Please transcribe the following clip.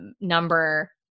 number